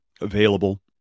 available